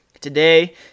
Today